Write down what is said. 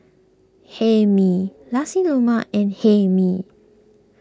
Hae Mee Nasi Lemak and Hae Mee